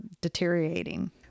deteriorating